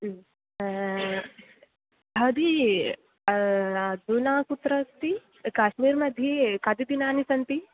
ह्म् भवती अधुना कुत्र अस्ति काश्मीर् मध्ये कति दिनानि सन्ति